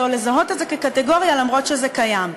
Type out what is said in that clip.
או לזהות את זה כקטגוריה למרות שזה קיים.